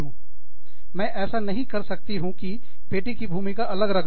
मैं ऐसा नहीं कर सकती हूँ कि बेटी की भूमिका अलग रख दूँ